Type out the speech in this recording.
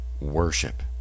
worship